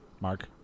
Mark